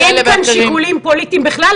אין כאן שיקולים פוליטיים בכלל.